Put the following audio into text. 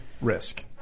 risk